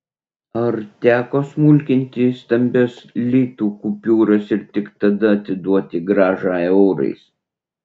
ar teko smulkinti stambias litų kupiūras ir tik tada atiduoti grąžą eurais